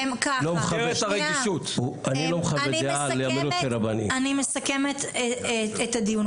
אני מסכמת את הדיון.